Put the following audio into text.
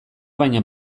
baina